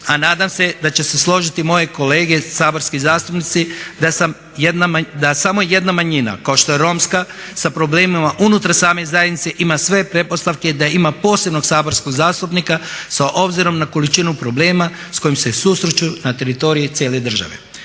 a nadam se da će se složiti moje kolege saborski zastupnici da samo jedna manjina kao što je Romska sa problemima unutar same zajednice ima sve pretpostavke da ima posebnog saborskog zastupnika s obzirom na količinu problema s kojim se susreću na teritoriju cijele države.